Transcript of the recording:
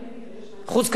חוץ,